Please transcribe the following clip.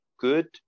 good